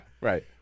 Right